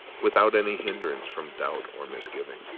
without any hindrance from doubt or misgiving.